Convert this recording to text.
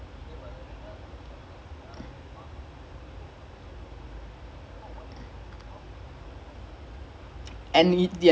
eh but the இரண்டாவது:irandaavathu goals levernders யருமே:yaarumae mark போடல:podala was like such a like I don't know what they doing like how can you use so much space to shoot